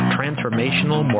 Transformational